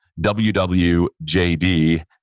WWJD